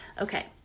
Okay